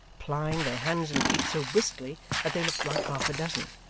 plying their hands and feet so briskly that they looked like half-a-dozen,